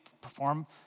perform